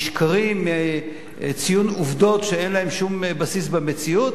משקרים, מציון עובדות שאין להן שום בסיס במציאות,